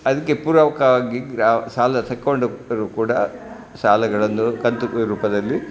ಅದಕ್ಕೆ ಪೂರಕವಾಗಿ ಗ್ರಾ ಸಾಲ ತಗೊಂಡೋರು ಕೂಡ ಸಾಲಗಳನ್ನು ಕಂತು ರೂಪದಲ್ಲಿ